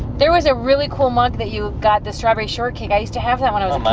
there was a really cool mug that you got, the strawberry shortcake, i used to have that when i was but